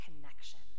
connection